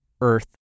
earth